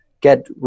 Get